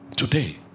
today